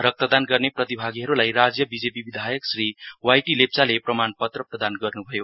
रक्तदान गर्ने प्रतिभागिहरुलाई राज्य बीजेपी विधायक श्री वाई टी लेप्चाले प्रमानपत्र प्रदान गर्नुभयो